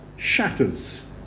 shatters